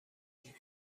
کنیم